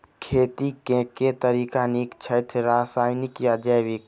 खेती केँ के तरीका नीक छथि, रासायनिक या जैविक?